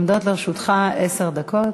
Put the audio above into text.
עומדות לרשותך עשר דקות.